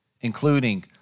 including